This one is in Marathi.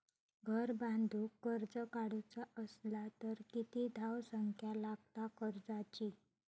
घर बांधूक कर्ज काढूचा असला तर किती धावसंख्या लागता कर्जाची?